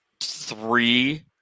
three